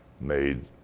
made